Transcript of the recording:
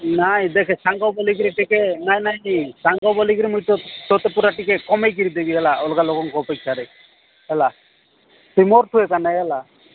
ନାଇ ଦେଖେ ସାଙ୍ଗ ବୋଲି କିରି ଟିକେ ନାଇ ନାଇ କି ସାଙ୍ଗ ବୋଲି କିରି ମୁଁ ତୋତେ ପୁରା ଟିକେ କମେଇ କିରି ଦେବି ହେଲା ଅଲଗା ଲୋକଙ୍କ ଅପେକ୍ଷାରେ ହେଲା ତୁମର ପଇସା ନାହିଁ ହେଲା